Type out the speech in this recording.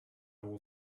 all